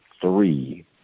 three